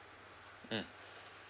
mm